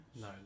No